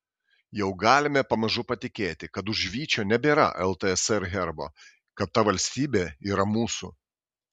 jau galime pamažu patikėti kad už vyčio nebėra ltsr herbo kad ta valstybė yra mūsų